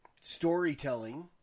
storytelling